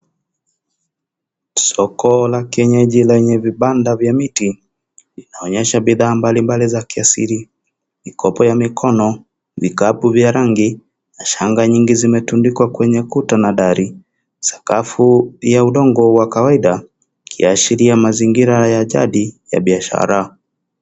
Soko la kienyeji lenye vibanda vya miti inaonyesha bidhaa mbali mbali za kiasili, mikopo ya mikono, vikapu vya rangi na shanga nyingi zimetundikwa kwa kuta na dari. Sakafu ya udongo wa kawaida ikiashiria mazingira ya jadi ya biashara.